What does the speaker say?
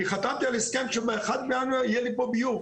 אני חתמתי על הסכם שב-1 בינואר יהיה לי פה ביוב.